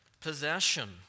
possession